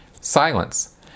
Silence